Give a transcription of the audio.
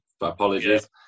apologies